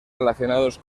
relacionados